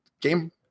game